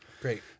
great